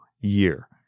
year